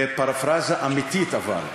בפרפראזה אמיתית, אבל: